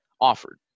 offered